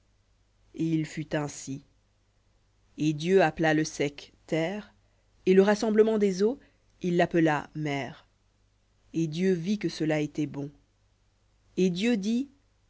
et il fut ainsi et dieu appela le sec terre et le rassemblement des eaux il l'appela mers et dieu vit que cela était bon et dieu dit